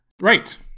Right